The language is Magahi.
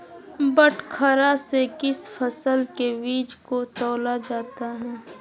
बटखरा से किस फसल के बीज को तौला जाता है?